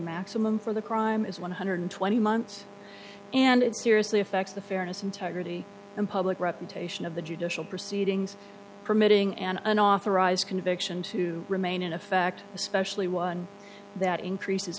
maximum for the crime is one hundred twenty months and it seriously affects the fairness integrity and public reputation of the judicial proceedings from getting an unauthorized conviction to remain in effect especially one that increases